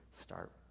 start